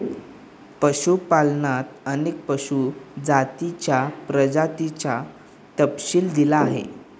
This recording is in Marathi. पशुपालनात अनेक पशु जातींच्या प्रजातींचा तपशील दिला आहे